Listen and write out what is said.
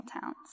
towns